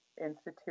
Institute